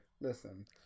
Listen